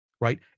Right